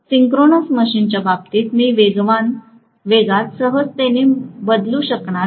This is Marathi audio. सिंक्रोनस मशीनच्या बाबतीत मी वेगात सहजतेने बदलू शकणार नाही